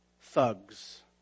thugs